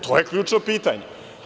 To je ključno pitanje.